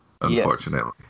Unfortunately